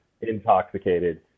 intoxicated